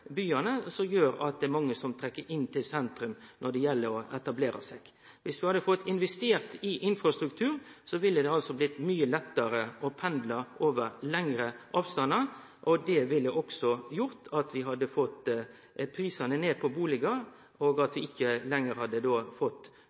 byane som gjer at mange trekker inn til sentrum for å etablere seg. Viss vi hadde fått investert i infrastruktur, hadde det blitt mykje lettare å pendle over lengre avstandar. Det ville også ført til at vi hadde fått bustadprisane ned, og at vi ikkje lenger hadde hatt noko som liknar ein politikarskapt tomtemangel. Vi ville fått